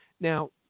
Now